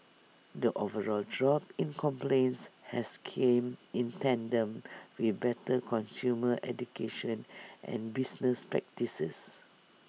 the overall drop in complaints has came in tandem with better consumer education and business practices